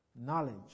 Knowledge